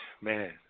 Man